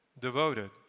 devoted